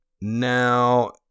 Now